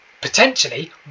potentially